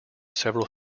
several